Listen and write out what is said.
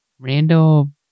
Randall